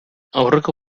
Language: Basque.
aurreko